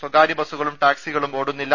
സ്ഥകാര്യബസുകളും ടാക് സികളും ഓടുന്നില്ല